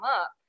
up